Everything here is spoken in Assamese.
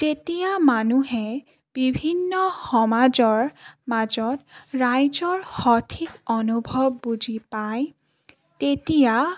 তেতিয়া মানুহে বিভিন্ন সমাজৰ মাজত ৰাইজৰ সঠিক অনুভৱ বুজি পায় তেতিয়া